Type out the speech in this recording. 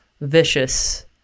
vicious